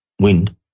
wind